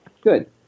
Good